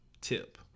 tip